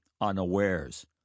unawares